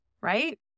Right